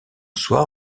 soit